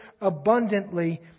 abundantly